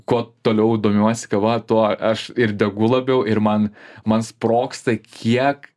kuo toliau domiuosi kava tuo aš ir degu labiau ir man man sprogsta kiek